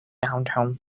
downtown